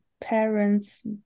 parents